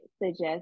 suggest